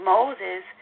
Moses